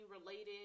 related